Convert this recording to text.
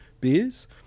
beers